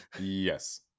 Yes